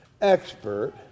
expert